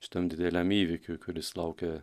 šitam dideliam įvykiui kuris laukia